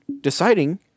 deciding